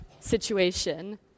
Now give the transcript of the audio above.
situation